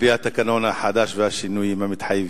על-פי התקנון החדש והשינויים המתחייבים.